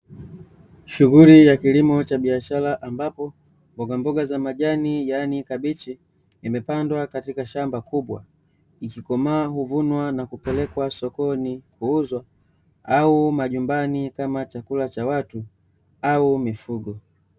Shughuli ya kilimo cha biashara, ambapo mbogamboga za majani yaani kabichi, imepandwa katika shamba kubwa. Ikikomaa huvunwa na kupelekwa sokoni kuuzwa, au majumbani kama chakula cha watu, au mifugo.